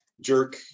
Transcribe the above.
jerk